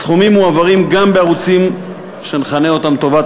סכומים מועברים גם בערוצים שנכנה אותם לטובת